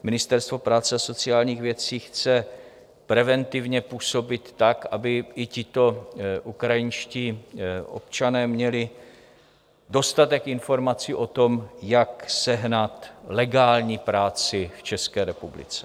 Ministerstvo práce a sociálních věcí chce preventivně působit tak, aby i tito ukrajinští občané měli dostatek informací o tom, jak sehnat legální práci v České republice.